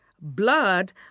blood